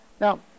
Now